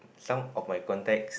some of my contact